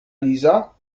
liza